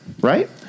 right